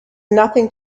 nothing